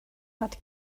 hat